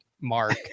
Mark